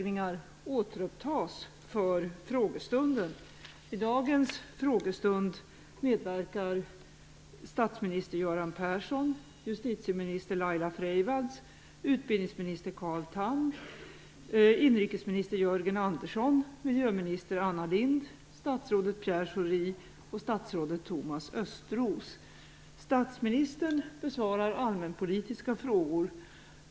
I dagens frågestund medverkar statsminister Göran Persson, justitieminister Laila Freivalds, utbildningsminister Carl Tham, inrikesminister Jörgen Andersson, miljöminister Anna Lindh, statsrådet Pierre Schori och statsrådet Thomas Östros. Statsministern besvarar allmänpolitiska frågor.